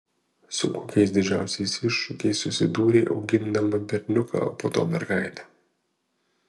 su kokiais didžiausiais iššūkiais susidūrei augindama berniuką o po to mergaitę